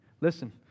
Listen